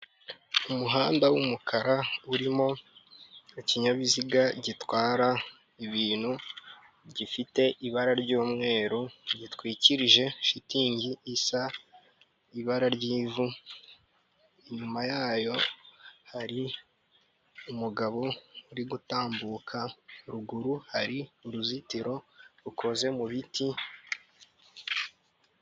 Umuhanda w'umukara urimo ikinyabiziga gitwara ibintu, gifite ibara ry'umweru gitwikirije shitingi isa ibara ry'ivu, inyuma yayo hari umugabo uri gutambuka, ruguru hari uruzitiro rukozeze mu biti...